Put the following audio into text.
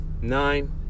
Nine